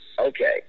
okay